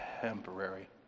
temporary